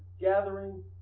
gathering